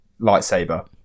lightsaber